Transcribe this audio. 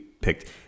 picked